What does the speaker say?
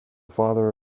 father